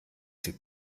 sie